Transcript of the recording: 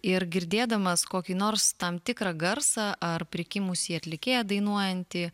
ir girdėdamas kokį nors tam tikrą garsą ar prikimusį atlikėją dainuojantį